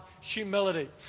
humility